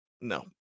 no